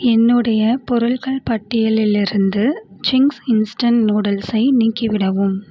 என்னுடைய பொருள்கள் பட்டியலிலிருந்து சிங்க்ஸ் இன்ஸ்டன்ட் நூடுல்ஸை நீக்கிவிடவும்